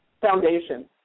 foundation